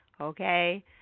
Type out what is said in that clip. Okay